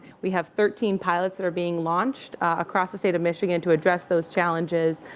we have thirteen pilots that are being launched across the state of michigan to address those challenges.